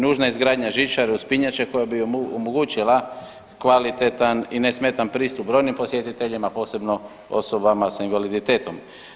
Nužna je izgradnje žičare, uspinjače koja bi omogućila kvalitetan i nesmetan pristup brojnim posjetiteljima posebno osobama sa invaliditetom.